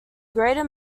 greater